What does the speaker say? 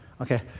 Okay